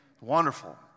Wonderful